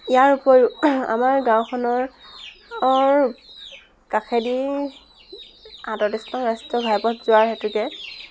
ইয়াৰোপৰিও আমাৰ গাঁওখনৰ অৰ কাষেদি আঠত্ৰিছ নং ৰাষ্ট্ৰীয় ঘাইপথ যোৱাৰ হেতুকে